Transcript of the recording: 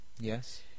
Yes